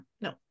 No